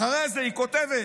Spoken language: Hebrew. אחרי זה היא כותבת: